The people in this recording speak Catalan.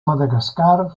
madagascar